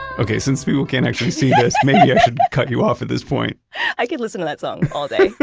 okay. since people can't actually see this, maybe i should cut you off at this point i could listen to that song all day